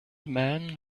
man